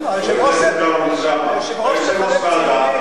אתה יושב-ראש ועדת הכלכלה,